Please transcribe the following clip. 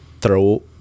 throw